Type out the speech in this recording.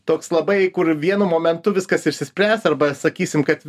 toks labai kur vienu momentu viskas išsispręs arba sakysim kad